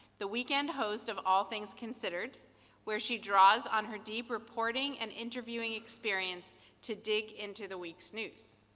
the weekend host of all things considered where she draws on her deep reporting and interviewing experience to dig into the week's news.